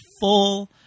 full